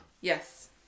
Yes